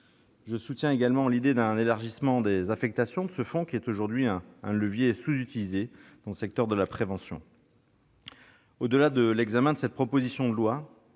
Je soutiens également l'idée d'un élargissement des affectations de ce fonds, qui est aujourd'hui un levier sous-utilisé dans le secteur de la prévention. Au-delà de cette proposition de loi,